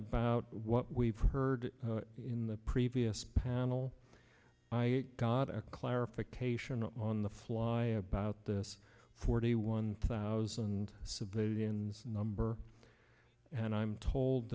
about what we've heard in the previous panel i got a clarification on the fly about this forty one thousand civilians number and i'm told